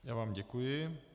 Já vám děkuji.